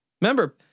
Remember